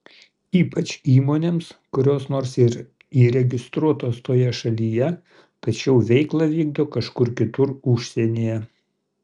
ypač įmonėms kurios nors ir įregistruotos toje šalyje tačiau veiklą vykdo kažkur kitur užsienyje